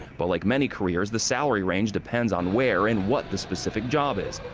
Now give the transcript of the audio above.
but like many careers, the salary range depends on where and what the specific job is.